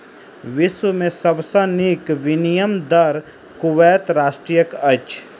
विश्व में सब सॅ नीक विनिमय दर कुवैत राष्ट्रक अछि